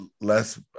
less